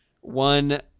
One